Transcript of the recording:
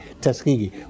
Tuskegee